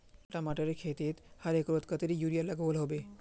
टमाटरेर खेतीत हर एकड़ोत कतेरी यूरिया लागोहो होबे?